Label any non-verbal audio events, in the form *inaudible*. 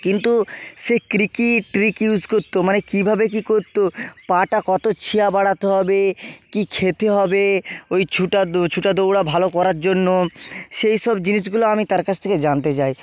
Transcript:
কিন্তু সে ক্রী কী ট্রিক ইউস করতো মানে কীভাবে কী করতো পা টা কত *unintelligible* বাড়াতে হবে কী খেতে হবে ওই ছোটা দো ছোটা দৌড়া ভালো করার জন্য সেই সব জিনিসগুলো আমি তার কাছ থেকে জানতে চাই